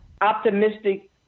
optimistic